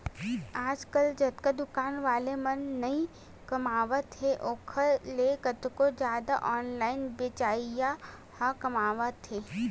आजकल जतका दुकान वाला मन नइ कमावत हे ओखर ले कतको जादा ऑनलाइन बेचइया ह कमावत हें